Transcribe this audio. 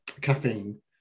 caffeine